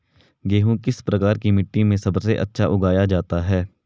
गेहूँ किस प्रकार की मिट्टी में सबसे अच्छा उगाया जाता है?